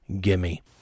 gimme